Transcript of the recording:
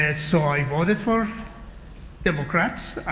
ah so i voted for democrats.